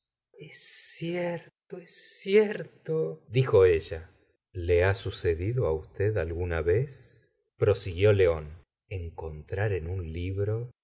es cierto dijo ella le ha sucedido á usted alguna vez prosiguió león encontrar en un libro